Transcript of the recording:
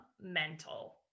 mental